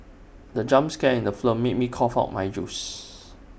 the jump scare in the film made me cough out my juice